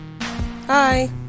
Hi